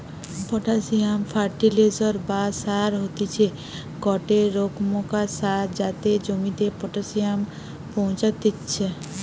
potassium ফার্টিলিসের বা সার হতিছে গটে রোকমকার সার যাতে জমিতে পটাসিয়াম পৌঁছাত্তিছে